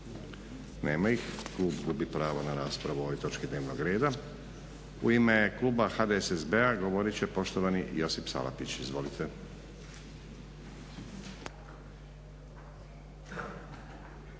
Nema ih. Klub gubi pravo na raspravu o ovoj točki dnevnog reda. U ime kluba HDSSB-a govorit će poštovani Josip Salapić, izvolite.